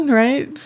right